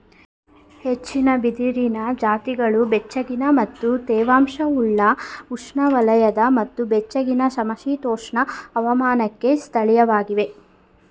ಹೆಚ್ಚಿನ ಬಿದಿರಿನ ಜಾತಿಗಳು ಬೆಚ್ಚಗಿನ ಮತ್ತು ತೇವಾಂಶವುಳ್ಳ ಉಷ್ಣವಲಯದ ಮತ್ತು ಬೆಚ್ಚಗಿನ ಸಮಶೀತೋಷ್ಣ ಹವಾಮಾನಕ್ಕೆ ಸ್ಥಳೀಯವಾಗಿವೆ